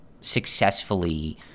successfully